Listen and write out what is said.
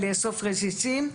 "לאסוף רסיסים",